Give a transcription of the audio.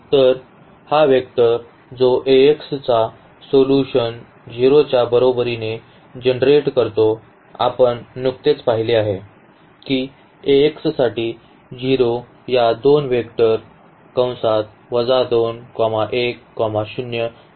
तर हा वेक्टर जो Ax चा सोल्यूशन 0 च्या बरोबरीने जनरेट करतो आपण नुकतेच पाहिले आहे की Ax साठी 0 या 2 वेक्टर आणि 2 च्या सहाय्याने आपण तयार करू शकू